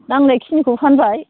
नांनायखिनिखौ फानबाय